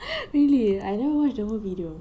really I never watch the whole video